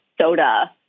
soda